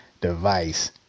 device